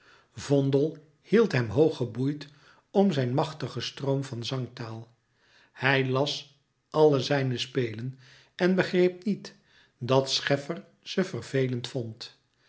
hield hem hoog geboeid om zijn machtigen stroom van zangtaal hij las àlle zijne spelen en begreep niet dat scheffer ze vervelend vond